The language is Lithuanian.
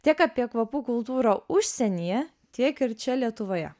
tiek apie kvapų kultūrą užsienyje tiek ir čia lietuvoje